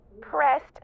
pressed